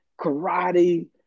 karate